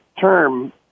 term